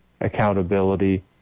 accountability